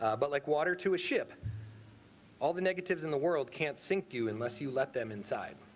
ah but like water to a ship all the negatives in the world can't sink you unless you let them inside